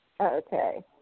Okay